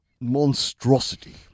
monstrosity